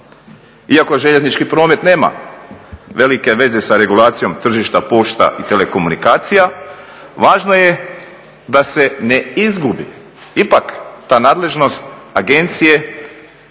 Iako željeznički promet nema velike veze sa regulacijom tržišta pošta i telekomunikacija, važno da se ne izgubi ipak ta nadležnost agencije,